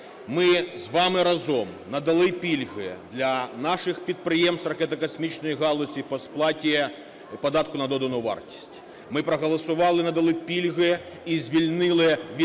Ми з вами разом надали пільги для наших підприємств ракетно-космічної галузі по сплаті податку на додану вартість. Ми проголосували, надали пільги і звільнили від